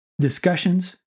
discussions